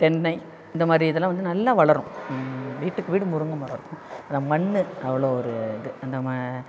தென்னை இந்த மாதிரி இதெலாம் வந்து நல்லா வளரும் வீட்டுக்கு வீடு முருங்கை மரம் அந்த மண் அவ்வளோ ஒரு இது அந்த ம